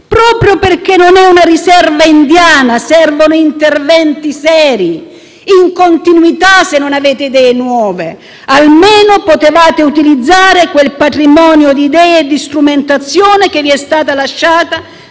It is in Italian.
proprio perché il Sud non è una riserva indiana, servono interventi seri e in continuità, se non avete idee nuove. Almeno avreste potuto utilizzare quel patrimonio di idee e strumentazione che vi è stato lasciato